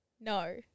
no